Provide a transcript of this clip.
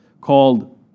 called